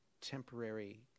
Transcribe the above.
temporary